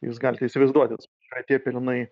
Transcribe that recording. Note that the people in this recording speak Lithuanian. jūs galite įsivaizduoti na tie pelenai